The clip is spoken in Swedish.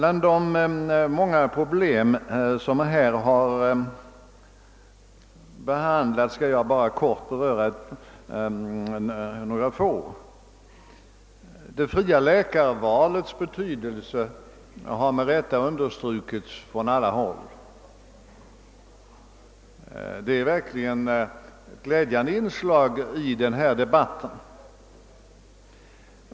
Av de många problem, som här har behandlats, skall jag i korthet beröra några få. Det fria läkarvalets betydelse har med rätta understrukits från alla håll. Det är verkligen ett glädjande inslag i denna debatt.